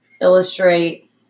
illustrate